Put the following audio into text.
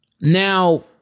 Now